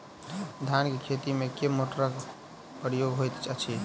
धान केँ खेती मे केँ मोटरक प्रयोग होइत अछि?